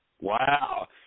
Wow